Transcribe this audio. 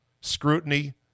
Scrutiny